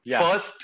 first